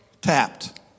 tapped